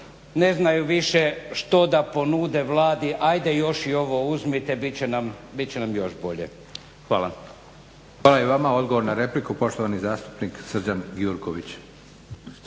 ne znaju više što da ponude Vladi, ajde još i ovo uzmite, bit će nam još bolje. Hvala. **Leko, Josip (SDP)** Hvala i vama. Odgovor na repliku, poštovani zastupnik Srđan Gjurković.